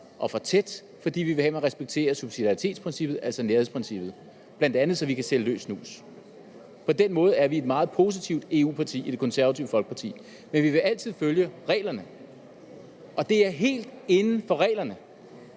og for tæt. Vi vil have, at man respekterer subsidiaritetsprincippet, altså nærhedsprincippet, bl.a. så vi kan sælge løs snus. På den måde er vi i Det Konservative Folkeparti meget EU-positive. Men vi vil altid følge reglerne, og det er helt inden for reglerne,